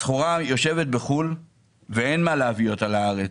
הסחורה יושבת בחוץ לארץ ואין מה להביא אותה לארץ.